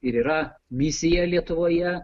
ir yra misija lietuvoje